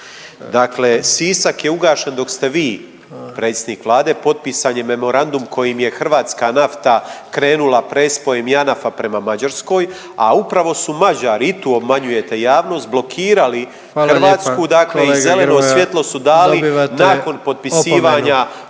Dakle Sisak je ugašen dok ste vi predsjednik Vlade, potpisan je memorandum kojim je hrvatska nafta krenula prespojem JANAF-a prema Mađarskoj, a upravo su Mađari, i tu obmanjujete javnost, blokirali .../Upadica: Hvala lijepa kolega